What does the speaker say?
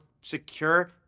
secure